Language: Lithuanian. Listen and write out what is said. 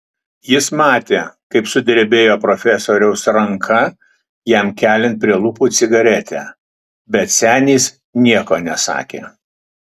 jis matė kaip sudrebėjo profesoriaus ranka jam keliant prie lūpų cigaretę bet senis nieko nesakė